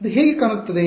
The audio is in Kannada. ಅದು ಹೇಗೆ ಕಾಣುತ್ತದೆ